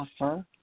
offer